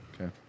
Okay